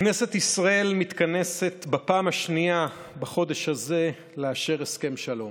כנסת ישראל מתכנסת בפעם השנייה בחודש הזה לאשר הסכם שלום.